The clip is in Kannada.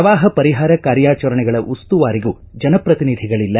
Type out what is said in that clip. ಪ್ರವಾಹ ಪರಿಹಾರ ಕಾರ್ಯಾಚರಣೆಗಳ ಉಸ್ತುವಾರಿಗೂ ಜನಪ್ರತಿನಿಧಿಗಳಲ್ಲ